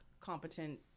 competent